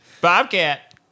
Bobcat